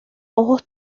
ojos